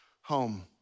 home